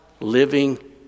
living